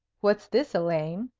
what's this, elaine?